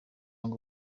ngo